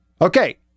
Okay